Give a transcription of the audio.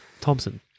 Thompson